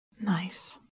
Nice